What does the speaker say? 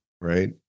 right